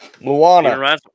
Moana